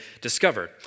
discovered